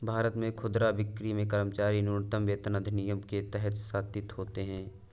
भारत में खुदरा बिक्री में कर्मचारी न्यूनतम वेतन अधिनियम के तहत शासित होते है